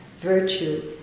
virtue